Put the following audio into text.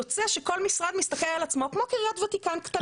יוצא שכל משרד מסתכל על עצמו כמו קריית ותיקן קטנה.